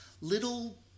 little